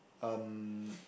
um